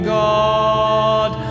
god